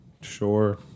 Sure